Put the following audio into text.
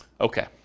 Okay